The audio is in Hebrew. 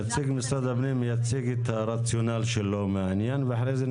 נציג משרד הפנים יציג את הרציונל שלו ואחרי זה,